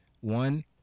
One